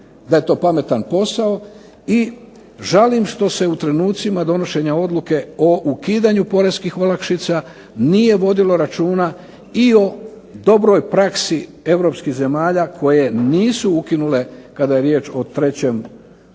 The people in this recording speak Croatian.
da je to pametan posao i žalim što se u trenucima donošenja odluke o ukidanju poreskih olakšica nije vodilo računa i o dobroj praksi europskih zemalja koje nisu ukinule kada je riječ o dobrovoljnoj